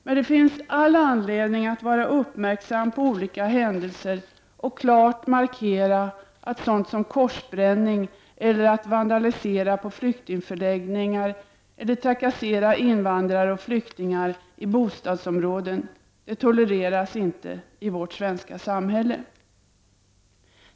Det finns emellertid all anledning att vara uppmärksam på olika händelser och klart markera att sådant som korsbränning, vandalisering på flyktingförläggningar och trakasserier av invandrare och flyktingar i bostadområden inte tolereras i vårt svenska samhälle.